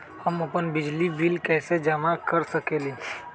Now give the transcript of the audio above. हम अपन बिजली बिल कैसे जमा कर सकेली?